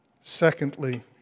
secondly